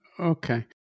Okay